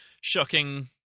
shocking